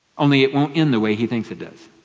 only it won't end the way he thinks it does.